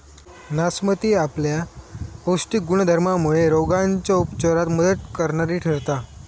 नासपती आपल्या पौष्टिक गुणधर्मामुळे रोगांच्या उपचारात मदत करणारी ठरता